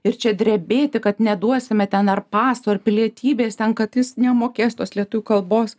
ir čia drebėti kad neduosime ten ar pastų ar pilietybės ten kad jis nemokės tos lietuvių kalbos